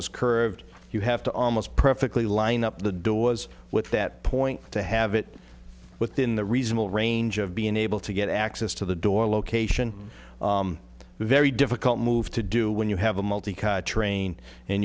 is curved you have to almost perfectly line up the door was with that point to have it within the reasonable range of being able to get access to the door location very difficult move to do when you have a multi